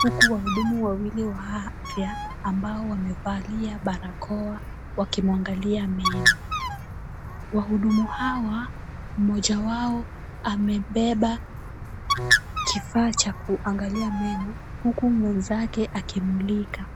huku wahudumu wawili wa afya ambao wamevalia barakoa wakimuangalia meno. Wahudumu hawa, mmoja wao amebeba kifaa cha kuangalia meno huku mwenzake akimulika.